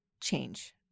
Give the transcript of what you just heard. change